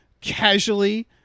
casually